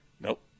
Nope